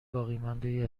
باقیمانده